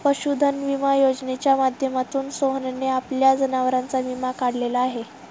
पशुधन विमा योजनेच्या माध्यमातून सोहनने आपल्या जनावरांचा विमा काढलेला आहे